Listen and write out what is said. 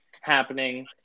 happening